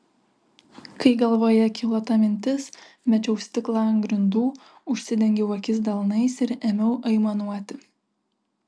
kai galvoje kilo ta mintis mečiau stiklą ant grindų užsidengiau akis delnais ir ėmiau aimanuoti